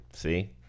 see